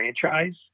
franchise